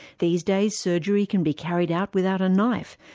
these days surgery can be carried out without a knife,